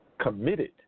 Committed